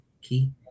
Key